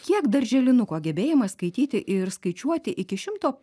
kiek darželinuko gebėjimas skaityti ir skaičiuoti iki šimto